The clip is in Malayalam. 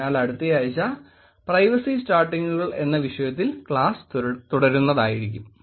അതിനാൽ അടുത്ത ആഴ്ച പ്രൈവസി സ്റ്റാർട്ടിങ്ങുകൾ എന്ന വിഷയത്തിൽ ക്ലാസ് തുടരുന്നതായിരിക്കും